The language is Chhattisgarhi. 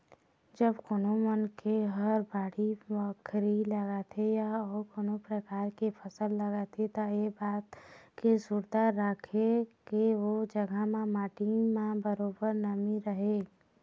जब कोनो मनखे ह बाड़ी बखरी लगाथे या अउ कोनो परकार के फसल लगाथे त ऐ बात के सुरता राखय के ओ जघा म माटी म बरोबर नमी रहय